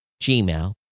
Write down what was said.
Gmail